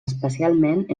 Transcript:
especialment